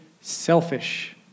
selfish